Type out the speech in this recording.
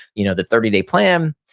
you know the thirty day plan.